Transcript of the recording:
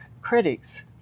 critics